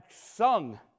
sung